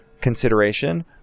consideration